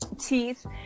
teeth